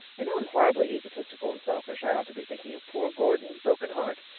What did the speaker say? i know i'm horribly egotistical and selfish i ought to be thinking of poor gordon's broken heart.